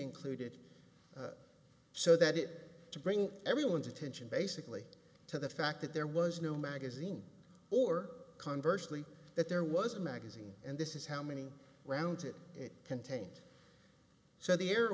included so that it to bring everyone's attention basically to the fact that there was no magazine or conversely that there was a magazine and this is how many rounds it contains so the air